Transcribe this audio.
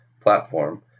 platform